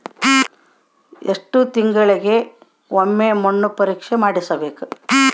ಎಷ್ಟು ತಿಂಗಳಿಗೆ ಒಮ್ಮೆ ಮಣ್ಣು ಪರೇಕ್ಷೆ ಮಾಡಿಸಬೇಕು?